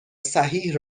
صحیح